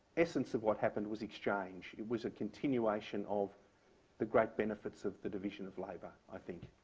essence of what happened was exchange. it was a continuation of the great benefits of the division of labor, i think,